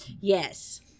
Yes